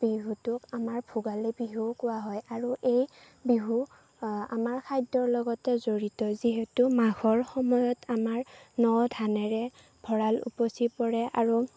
বিহুটোক আমাৰ ভোগালী বিহু কোৱা হয় আৰু এই বিহু আমাৰ খাদ্যৰ লগতে জড়িত যিহেতু মাঘৰ সময়ত আমাৰ ন ধানেৰে ভঁৰাল উপচি পৰে আৰু